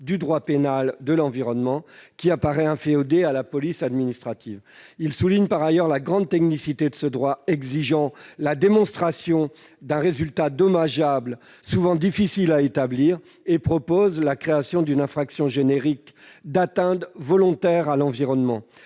du droit pénal de l'environnement, qui apparaît inféodé à la police administrative ». Il souligne par ailleurs la grande technicité de ce droit exigeant la démonstration d'un résultat dommageable souvent difficile à établir et propose la création d'une infraction générique d'atteinte volontaire à l'environnement,